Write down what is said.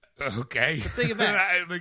okay